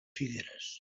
figueres